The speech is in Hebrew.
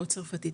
או צרפתית,